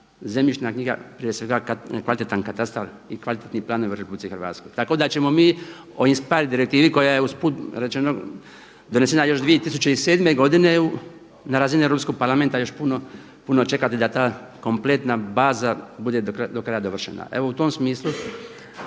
zemljišna knjiga, prije svega kvalitetan katastar i kvalitetni planovi u RH. Tako da ćemo mi o INSPIRE direktivi koja je usput rečeno donesena još 2007. godine na razini Europskog parlamenta još puno, puno čekati da ta kompletna baza bude do kraja dovršena. Evo u tom smislu